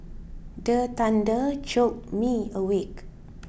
the thunder jolt me awake